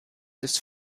ist